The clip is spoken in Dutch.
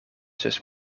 zus